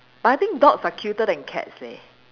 but I think dogs are cuter than cats leh